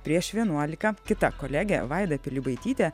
prieš vienuolika kita kolegė vaida pilibaitytė